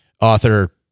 author